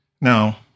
Now